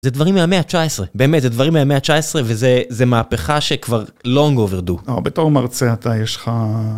זה דברים מהמאה ה-19, באמת, זה דברים מהמאה ה-19, וזה, זה מהפכה שכבר לונג אוברדו. אבל בתור מרצה אתה יש לך...